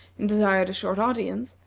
and desired a short audience,